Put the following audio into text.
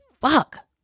fuck